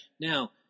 Now